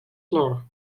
floor